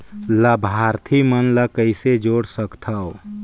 लाभार्थी मन ल कइसे जोड़ सकथव?